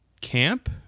Camp